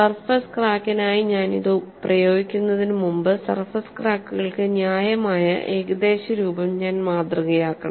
surface ക്രാക്കിനായി ഞാൻ ഇത് പ്രയോഗിക്കുന്നതിന് മുമ്പ് സർഫേസ് ക്രാക്കുകൾക്ക് ന്യായമായ ഏകദേശ രൂപം ഞാൻ മാതൃകയാക്കണം